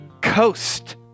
coast